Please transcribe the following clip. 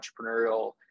entrepreneurial